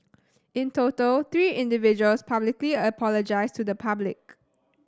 in total three individuals publicly apologised to the public